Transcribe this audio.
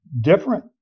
different